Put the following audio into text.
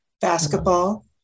basketball